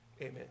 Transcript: Amen